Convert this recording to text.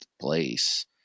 place